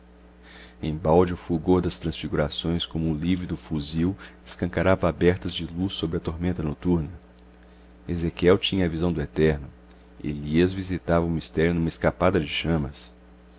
embalde o fulgor das transfigurações como o lívido fuzil escancarava abertas de luz sobre a tormenta noturna ezequiel tinha a visão do eterno elias visitava o mistério numa escapada de chamas